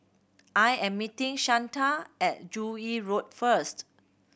I am meeting Shanta at Joo Yee Road first